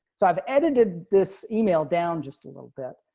so i've edited this email down just a little bit.